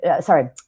sorry